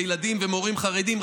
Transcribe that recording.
בילדים ובמורים חרדים,